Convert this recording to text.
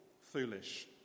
Foolish